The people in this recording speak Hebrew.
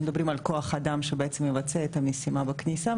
מדברים על כוח אדם שבעצם מבצע את המשימה בכניסה.